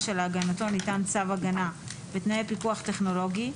שלהגנתו ניתן צו הגנה בתנאי פיקוח טכנולוגי,